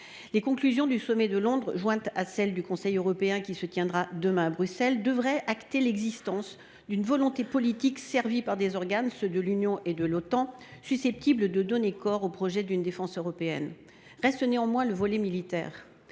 Les conclusions du sommet de Londres et celles du Conseil européen qui se tiendra demain à Bruxelles devraient acter l’existence d’une volonté politique servie par des organes – ceux de l’Union européenne et de l’Otan – susceptibles de donner corps au projet d’une défense européenne. Reste néanmoins le volet militaire.